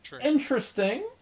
Interesting